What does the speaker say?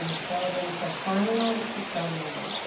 ah sell them so finally she sold me one.